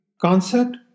Concept